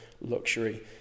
luxury